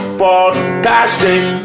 podcasting